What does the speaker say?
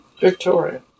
Victoria